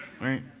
Right